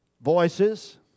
voices